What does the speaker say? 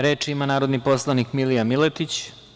Reč ima narodni poslanik Milija Miletić.